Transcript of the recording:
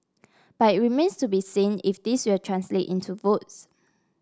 but it remains to be seen if this will translate into votes